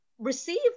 receive